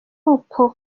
uko